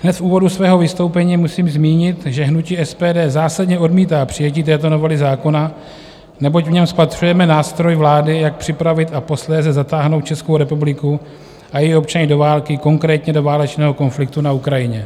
Hned v úvodu svého vystoupení musím zmínit, že hnutí SPD zásadně odmítá přijetí této novely zákona, neboť v něm spatřujeme nástroj vlády, jak připravit a posléze zatáhnout Českou republiku a její občany do války, konkrétně do válečného konfliktu na Ukrajině.